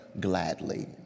gladly